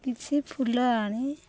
କିଛି ଫୁଲ ଆଣି